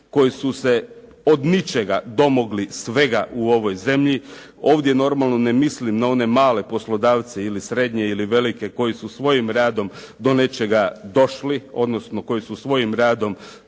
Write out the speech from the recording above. koji su se od ničega domogli svega u ovoj zemlji. Ovdje normalno ne mislim na one male poslodavce ili srednje ili velike koji su svojim radom do nečega došli, odnosno koji su svojim radom